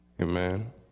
amen